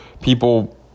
people